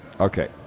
Okay